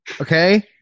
Okay